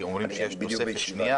כי אומרים שיש תוספת שנייה,